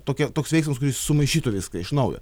tokia toks veiksmas kuris sumaišytų viską iš naujo